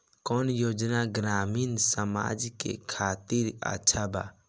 कौन योजना ग्रामीण समाज के खातिर अच्छा बा?